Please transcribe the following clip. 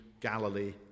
Galilee